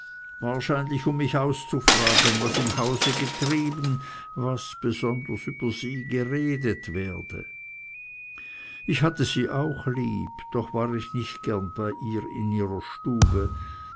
wahrscheinlich um mich auszufragen was im hause getrieben was besonders über sie geredet werde ich hatte sie auch lieb doch war ich nicht gern bei ihr in ihrer stube